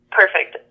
perfect